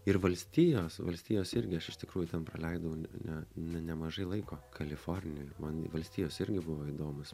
ir valstijos valstijos irgi aš iš tikrųjų ten praleidau ne ne nemažai laiko kalifornijoj man valstijos irgi buvo įdomus